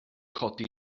codi